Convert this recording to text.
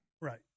Right